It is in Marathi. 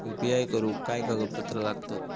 यू.पी.आय करुक काय कागदपत्रा लागतत?